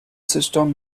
system